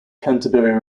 canterbury